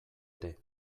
ere